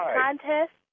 contest